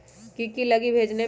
की की लगी भेजने में?